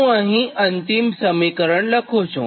હું અહીં અંતિમ સમીકરણ લખું છું